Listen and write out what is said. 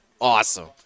awesome